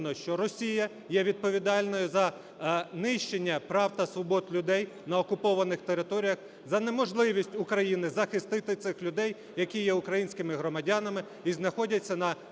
що Росія є відповідальною за нищення прав та свобод людей на окупованих територіях, за неможливість України захистити цих людей, які є українськими громадянами і знаходяться на